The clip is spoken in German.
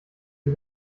die